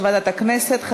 נגד,